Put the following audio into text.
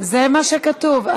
מה שכתוב.